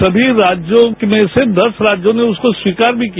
सभी राज्यों में से दस राज्यों ने उसको स्वीकार भी किया